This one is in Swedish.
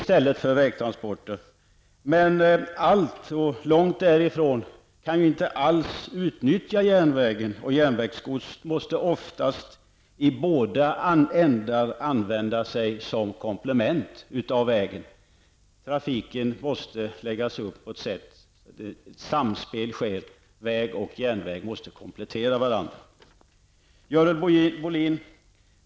Men långtifrån allt kan transporteras med järnväg, och för järnvägsgods måste man oftast i båda ändar använda vägen som komplement. Trafiken måste läggas upp på ett sådant sätt att samspel sker. Väg och järnväg måste komplettera varandra. Görel Bohlin!